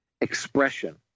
expression